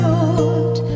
Lord